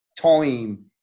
time